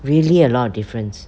really a lot of difference